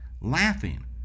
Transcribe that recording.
laughing